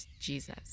Jesus